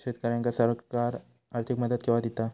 शेतकऱ्यांका सरकार आर्थिक मदत केवा दिता?